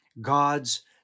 God's